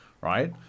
right